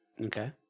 Okay